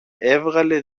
έβγαλε